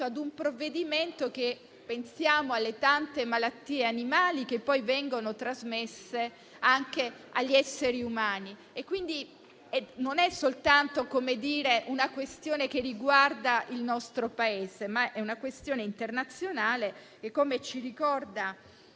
della vigilanza: pensiamo alle tante malattie animali che poi vengono trasmesse anche agli esseri umani. Quindi, non è soltanto una questione che riguarda il nostro Paese, ma è una questione internazionale, come ci ricorda